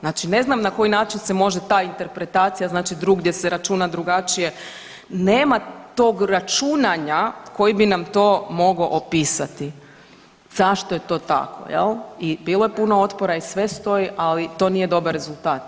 Znači ne znam na koji način se može ta interpretacija, znači drugdje se računa drugačije, nema tog računanja koji bi nam to mogao opisati zašto je to tako, je li, i bilo je puno otpora i sve stoji, ali to nije dobar rezultat, je li?